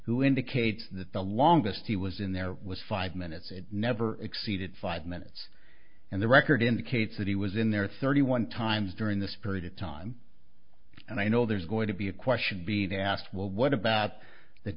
who indicates that the longest he was in there was five minutes it never exceeded five minutes and the record indicates that he was in there thirty one times during this period of time and i know there's going to be a question being asked well what about the